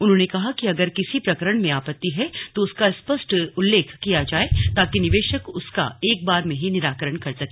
उन्होंने कहा कि अगर किसी प्रकरण में आपत्ति है तो उसका स्पष्ट उल्लेख किया जाए ताकि निवेशक उसका एक बार में ही निराकरण कर सके